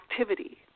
activity